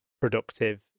productive